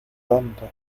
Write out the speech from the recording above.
tonto